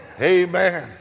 Amen